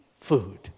food